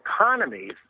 economies